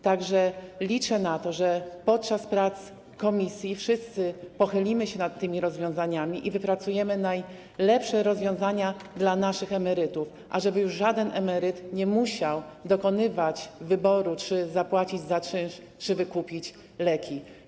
Tak że liczę na to, że podczas prac komisji wszyscy pochylimy się nad tym projektem i wypracujemy najlepsze rozwiązania dla naszych emerytów, ażeby już żaden emeryt nie musiał dokonywać wyboru, czy opłacić czynsz, czy wykupić leki.